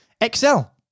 excel